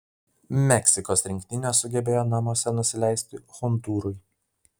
meksikos rinktinė sugebėjo namuose nusileisti hondūrui